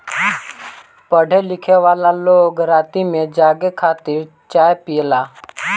पढ़े लिखेवाला लोग राती में जागे खातिर चाय पियेला